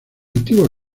antigua